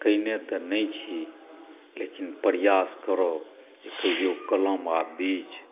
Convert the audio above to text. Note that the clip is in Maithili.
कयने तऽ नहि छी लेकिन प्रयास करब जे कहिओ कलम आ बीज